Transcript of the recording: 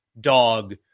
dog